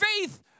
faith